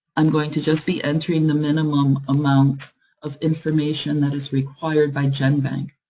i'm going to just be entering the minimum amount of information that is required by genbank.